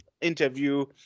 interview